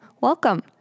welcome